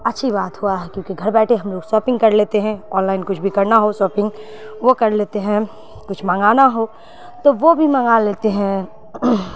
اچھی بات ہوا ہے کیونکہ گھر بیٹھے ہم لوگ ساپنگ کر لیتے ہیں آن لائن کچھ بھی کرنا ہو ساپنگ وہ کر لیتے ہیں کچھ منگانا ہو تو وہ بھی منگا لیتے ہیں